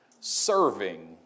serving